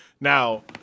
Now